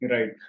Right